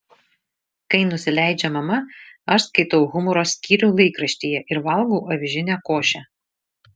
kai nusileidžia mama aš skaitau humoro skyrių laikraštyje ir valgau avižinę košę